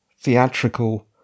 theatrical